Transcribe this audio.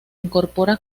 incorpora